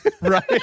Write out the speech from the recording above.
right